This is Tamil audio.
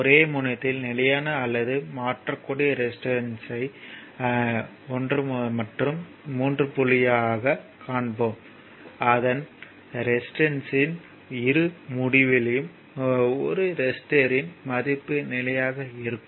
ஒரே முனையத்தில் நிலையான அல்லது மாறக்கூடிய ரெசிஸ்டன்ஸ்யை 1 மற்றும் 3 புள்ளியாகக் காண்போம் அதன் ரெசிஸ்டன்ஸ்யின் இரு முடிவிலும் ஒரு ரெசிஸ்டர்யின் மதிப்பு நிலையாக இருக்கும்